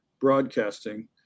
Broadcasting